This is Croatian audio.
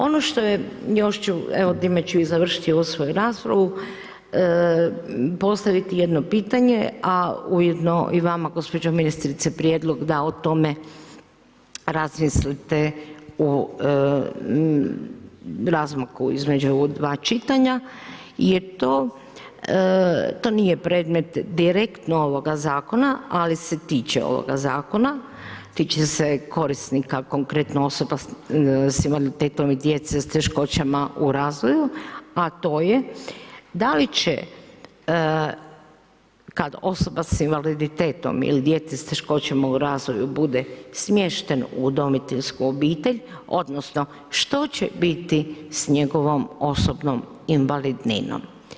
Opno što je, još ću evo time ću i završiti ovu svoju raspravu, postaviti jedno pitanje a ujedno i vama gospođo ministrice, prijedlog da o tome razmislite u razmaku dva čitanja je to, to nije predmet direktno ovoga zakona, ali se tiče ovoga zakona, tiče korisnika, konkretno osoba sa invaliditetom i djece s teškoćama u razvoju a to je da li će kad osoba s invaliditetom ili djeca sa teškoćama u razvoju bude smješten u udomiteljsku obitelj, odnosno što će biti s njegovom osobnom invalidninom?